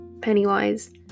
Pennywise